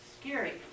scary